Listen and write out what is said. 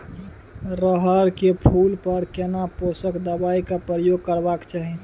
रहर के फूल पर केना पोषक दबाय के प्रयोग करबाक चाही?